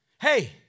Hey